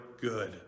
good